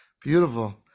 Beautiful